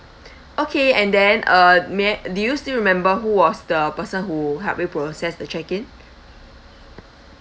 okay and then uh may I do you still remember who was the person who helped you process the check in